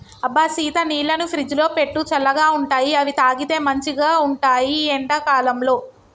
అబ్బ సీత నీళ్లను ఫ్రిజ్లో పెట్టు చల్లగా ఉంటాయిఅవి తాగితే మంచిగ ఉంటాయి ఈ ఎండా కాలంలో